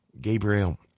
Gabriel